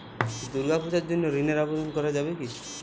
দুর্গাপূজার জন্য ঋণের আবেদন করা যাবে কি?